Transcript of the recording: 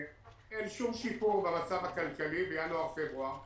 אין שום שיפור במצב הכלכלי בינואר-פברואר.